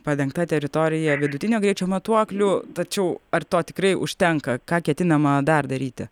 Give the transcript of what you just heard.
padengta teritorija vidutinio greičio matuoklių tačiau ar to tikrai užtenka ką ketinama dar daryti